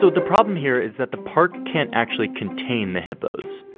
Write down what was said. so the problem here is that the park can't actually contain the hippos.